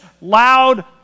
loud